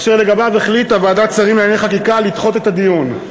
אשר לגביו החליטה ועדת השרים לענייני חקיקה לדחות את הדיון.